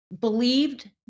believed